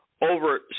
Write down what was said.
over